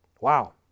Wow